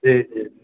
जी जी